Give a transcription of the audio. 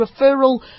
referral